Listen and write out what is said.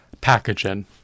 packaging